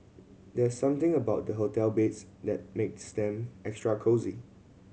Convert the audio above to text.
there's something about the hotel beds that makes them extra cosy